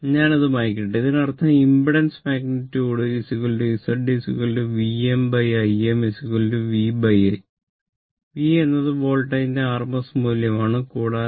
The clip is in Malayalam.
ഞാൻ അത് മായ്ക്കട്ടെ